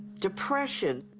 depression,